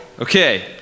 Okay